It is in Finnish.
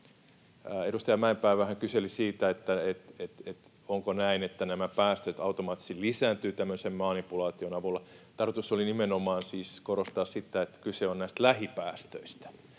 edustaja Mäenpää vähän kyseli, onko niin, että nämä päästöt automaattisesti lisääntyvät tämmöisen manipulaation avulla. Tarkoitus oli nimenomaan siis korostaa, että kyse on lähipäästöistä,